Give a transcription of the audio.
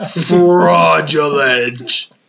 Fraudulent